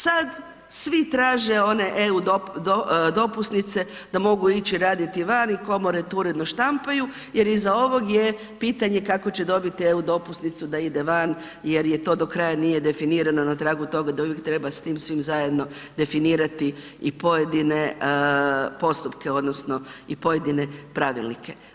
Sad svi traže one EU dopusnice da mogu ići raditi van i komore to uredno štampaju jer iza ovog je pitanje kako će dobiti EU dopusnicu da ide van jer je do kraja nije definirano na tragu toga da uvijek treba s tim svim zajedno definirati i pojedine postupke, odnosno i pojedine pravilnike.